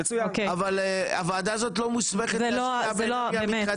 אבל הוועדה הזאת לא מוסמכת להשקיע באנרגיה מתחדשת.